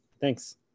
Thanks